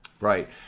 Right